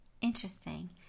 interesting